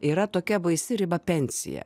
yra tokia baisi riba pensija